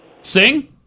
sing